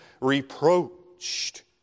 reproached